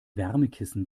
wärmekissen